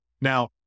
Now